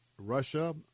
Russia